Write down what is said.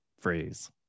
phrase